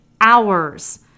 hours